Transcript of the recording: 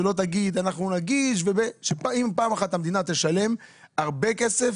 שלא תגיד אנחנו נגיש אם פעם אחת המדינה תשלם הרבה כסף